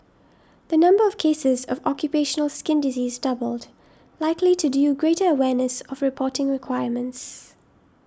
the number of cases of occupational skin disease doubled likely to due greater awareness of reporting requirements